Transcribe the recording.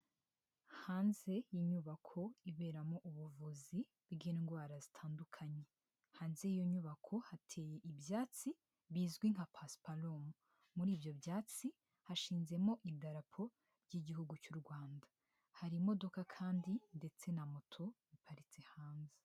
Hanze y'inyubako iberamo ubuvuzi bw'indwara zitandukanye. Hanze y'iyo nyubako hateye ibyatsi bizwi nka pasiparumu, muri ibyo byatsi hashinzemo indarapo ry'Igihugu cy'u Rwanda, hari imodoka kandi ndetse na moto iparitse hanze.